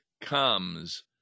comes